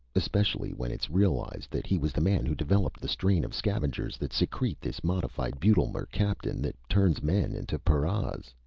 especially when it's realized that he was the man who developed the strain of scavengers that secrete this modified butyl mercaptan that turns men into paras!